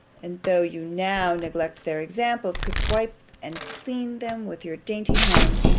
and, though you now neglect their examples, could wipe and clean them with your dainty hands!